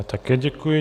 Také děkuji.